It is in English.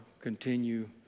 continue